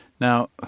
Now